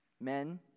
Men